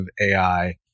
AI